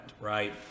right